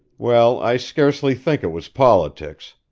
well, i scarcely think it was politics.